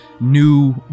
new